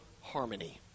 harmony